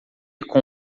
com